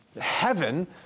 heaven